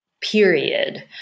period